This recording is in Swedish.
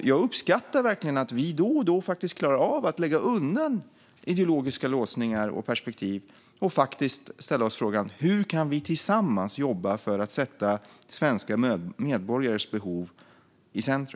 Jag uppskattar verkligen att vi då och då faktiskt klarar av att lägga undan ideologiska låsningar och perspektiv och faktiskt ställa oss frågan: Hur kan vi tillsammans jobba för att sätta svenska medborgares behov i centrum?